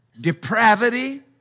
depravity